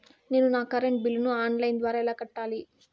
నేను నా కరెంటు బిల్లును ఆన్ లైను ద్వారా ఎలా కట్టాలి?